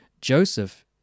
Joseph